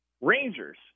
Rangers